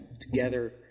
together